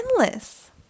endless